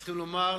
צריכים לומר,